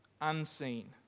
unseen